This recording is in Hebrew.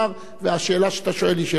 והשאלה שאתה שואל היא שאלה חשובה.